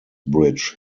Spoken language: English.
bridge